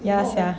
ya sia